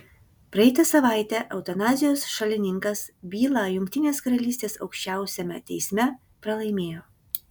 praeitą savaitę eutanazijos šalininkas bylą jungtinės karalystės aukščiausiame teisme pralaimėjo